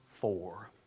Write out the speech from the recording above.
four